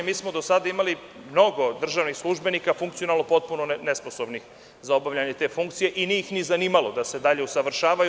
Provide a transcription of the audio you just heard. Mi smo do sada imali mnogo državnih službenika, funkcionalno potpuno nesposobnih za obavljanje te funkcije i nije ih zanimalo da se dalje usavršavaju.